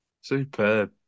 Superb